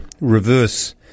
reverse